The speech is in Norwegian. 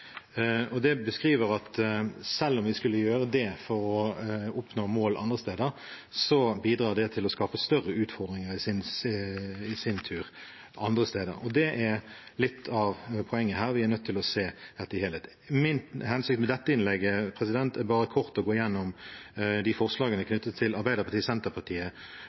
TWh. Det beskriver at selv om vi skulle gjøre det for å oppnå mål andre steder, bidrar det til å skape større utfordringer i sin tur andre steder. Det er litt av poenget her. Vi er nødt til å se dette i helhet. Min hensikt med dette innlegget er kort å gå gjennom forslagene fra Arbeiderpartiet, Senterpartiet